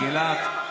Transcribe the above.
גלעד, גלעד.